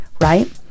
right